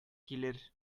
килер